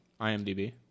IMDB